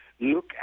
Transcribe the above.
Look